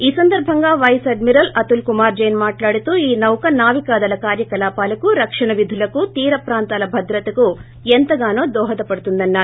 ఈ సందర్బంగా vice admiral Atul Kumar Jain మాట్లాడుతూ ఈ నౌక నావికాదళ కార్యకలాపాలకు రక్షణ విధులకు తీరప్రాంతాల భద్రతకు ఎంతగానో దోహదపడుతుందని అన్నారు